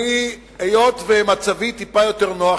היות שמצבי טיפה יותר נוח,